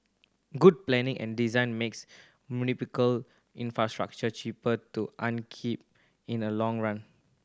good planning and design makes infrastructure cheaper to upkeep in the long run